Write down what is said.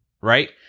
Right